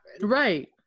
right